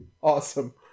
Awesome